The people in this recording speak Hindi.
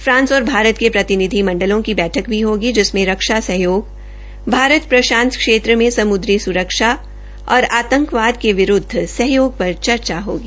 फ्रांस और भारत के प्रतिनिधि मंडलों की बैठक भी होगी जिसमें रक्षा सहयोग भारत प्रशांत क्षेत्र में सम्द्री स्रक्षा और आंतकवाद के विरूदध सहयोग पर चर्चा होगी